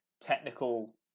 technical